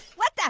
what the?